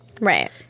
Right